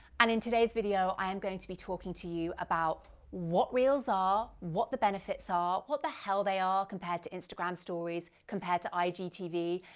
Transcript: and in today's video, i am going to be talking to you about what reels are, what the benefits are, what the hell they are compared to instagram stories, compared to igtv.